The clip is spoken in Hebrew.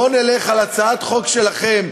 בוא נלך על הצעת חוק שלכם,